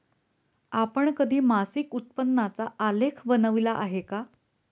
आपण कधी मासिक उत्पन्नाचा आलेख बनविला आहे का?